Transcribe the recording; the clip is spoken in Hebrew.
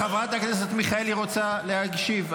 חברת הכנסת מיכאלי רוצה להשיב.